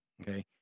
okay